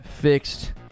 fixed